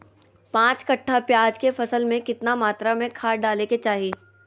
पांच कट्ठा प्याज के फसल में कितना मात्रा में खाद डाले के चाही?